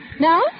No